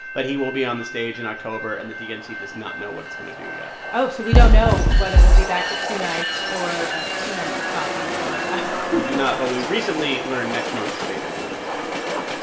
but he will be on the stage in october, and the dnc does not know what it's going to do yet oh, so we don't know whether we'll be back to two nights or ah two nights of coffee or. we do not, but we recently learned next month's debate will be in ohio oh,